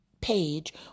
Page